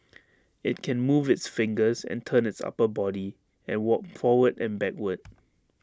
IT can move its fingers and turn its upper body and walk forward and backward